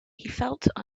felt